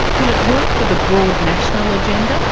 can it work for the broad national agenda?